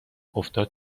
افتاد